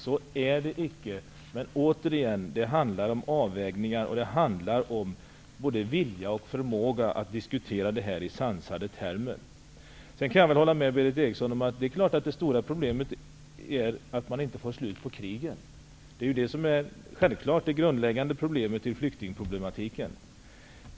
Så är det icke, men återigen vill jag säga att det handlar om avvägningar och om vilja och förmåga att diskutera detta i sansade termer. Visst kan jag hålla med Berith Eriksson om att det stora problemet är att man inte kan få slut på kriget. Det är självfallet det grundläggande problemet i hela flyktingproblematiken.